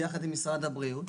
ביחד עם משרד הבריאות.